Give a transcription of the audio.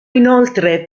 inoltre